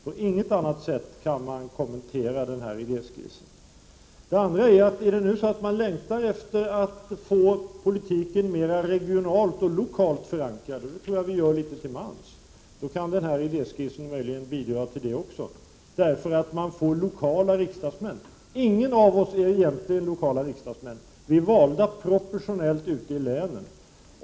På inget annat sätt kan man kommentera den här idéskissen. Och om man nu längtar efter att få politiken mera regionalt och lokalt förankrad — och det tror jag vi gör litet till mans — så kan den här idéskissen möjligen bidra till det också, eftersom man får lokala riksdagsmän. Ingen av oss är lokal riksdagsman. Vi är valda proportionellt ute i länen.